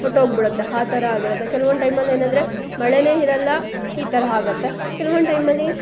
ಹೊರಟೋಗ್ಬಿಡತ್ತೆ ಆ ಥರ ಆಗಿರುತ್ತೆ ಕೆಲ್ವೊಂದು ಟೈಮಲ್ಲಿ ಏನಂದರೆ ಮಳೆಯೇ ಇರೋಲ್ಲ ಈ ಥರ ಆಗುತ್ತೆ ಕೆಲ್ವೊಂದು ಟೈಮಲ್ಲಿ